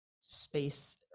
space